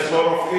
יש פה רופאים,